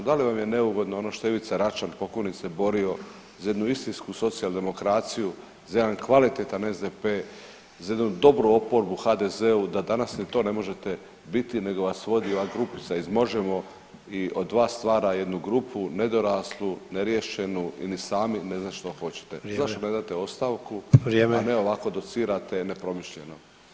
Da li vam je neugodno ono što je Ivica Račan pokojni se borio za jednu istinsku socijaldemokraciju, za jedan kvalitetan SDP, za jednu dobru oporbu HDZ-u da danas ni to ne možete biti nego vas ova grupica iz Možemo i od vas stvara jednu grupu nedoraslu, neriješenu i ni sami ne znate što hoćete? [[Upadica Sanader: Vrijeme.]] Zašto ne date ostavku, a ne ovako docirate nepromišljeno?